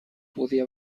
podia